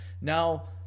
now